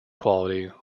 quality